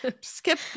Skip